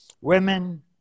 Women